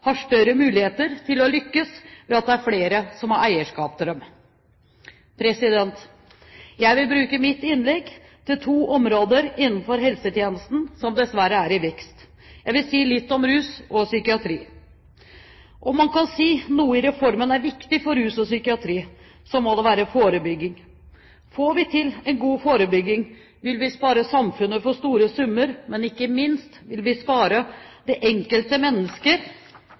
har større muligheter til å lykkes, ved at det er flere som har eierskap til dem. Jeg vil bruke mitt innlegg til to områder innenfor helsetjenesten som dessverre er i vekst. Jeg vil si litt om rus og psykiatri. Om man kan si at noe i reformen er viktig for rus og psykiatri, må det være forebygging. Får vi til en god forebygging, vil vi spare samfunnet for store summer, men ikke minst vil vi spare det enkelte